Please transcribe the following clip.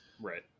Right